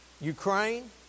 Ukraine